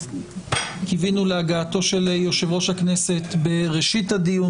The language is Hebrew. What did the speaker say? קיווינו להגעתו של יושב-ראש הכנסת בראשית הדיון,